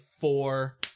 four